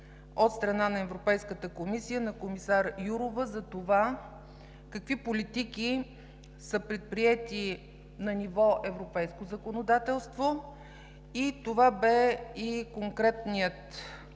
от страна на Европейската комисия – комисар Йоурова, за това какви политики са предприети на ниво европейско законодателство. Това бе и конкретният